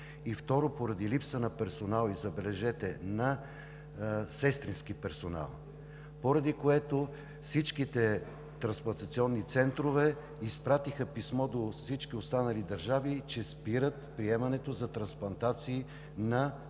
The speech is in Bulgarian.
второ, поради липса на персонал. Забележете – на сестрински персонал, поради което всичките трансплантационни центрове изпратиха писмо до всички останали държави, че спират приемането за трансплантации на чужди граждани,